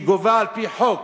שהיא גובה על-פי חוק.